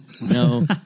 No